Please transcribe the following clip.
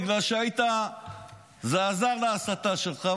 בגלל שזה עזר להסתה שלך,